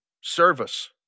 service